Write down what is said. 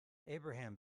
abraham